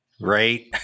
right